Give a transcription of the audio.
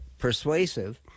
Persuasive